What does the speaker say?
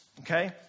Okay